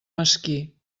mesquí